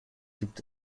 gibt